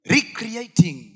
Recreating